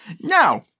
Now